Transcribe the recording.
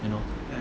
you know